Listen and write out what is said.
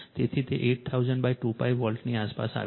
તેથી તે 80002π વોલ્ટની આસપાસ આવે છે